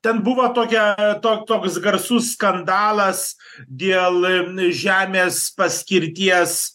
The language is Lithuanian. ten buvo tokia to toks garsus skandalas dėl n žemės paskirties